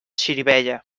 xirivella